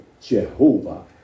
Jehovah